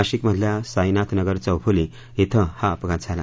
नाशिकमधल्या साईनाथ नगर चौफ़ुली छिं हा अपघात झाला